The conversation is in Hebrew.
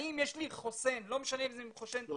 האם יש לי חוסן ולא משנה אם זה חוסן לימודי.